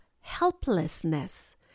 helplessness